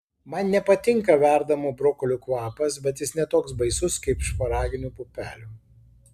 man nepatinka verdamų brokolių kvapas bet jis ne toks baisus kaip šparaginių pupelių